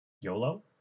YOLO